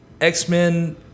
X-Men